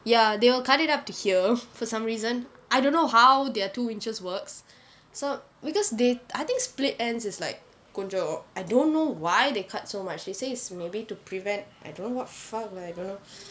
ya they will cut it up to here for some reason I don't know how their two inches works so because they I think split ends is like கொஞ்சம்:koncham I don't know why they cut so much he say is maybe to prevent I don't know what fuck lah I don't know